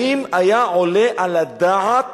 האם היה עולה על הדעת,